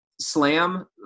slam